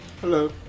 Hello